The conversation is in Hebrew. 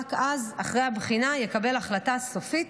ורק אחרי הבחינה יקבל המשרד החלטה סופית